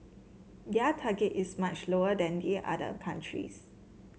their target is much lower than the other countries